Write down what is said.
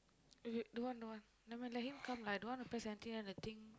eh don't want don't want nevermind let him come lah I don't want to press anything then the thing